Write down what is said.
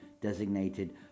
designated